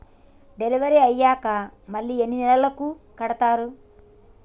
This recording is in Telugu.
డెలివరీ అయ్యాక మళ్ళీ ఎన్ని నెలలకి కడుతాయి?